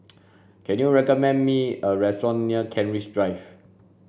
can you recommend me a restaurant near Kent Ridge Drive